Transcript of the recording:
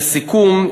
לסיכום,